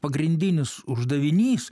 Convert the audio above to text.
pagrindinis uždavinys